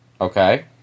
Okay